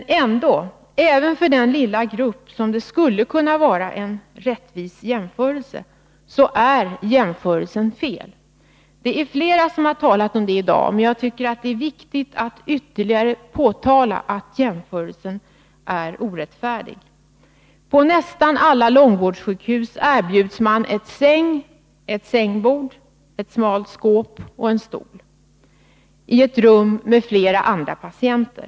Men även för den lilla grupp där en jämförelse skulle kunna vara rättvis är den felaktig. Det är fler som har talat om det i dag, men jag tycker att det är viktigt att ytterligare påtala att jämförelsen är orättfärdig. På nästan alla långvårdssjukhus får man en säng, ett sängbord, ett smalt skåp och en stol i ett rum med flera andra patienter.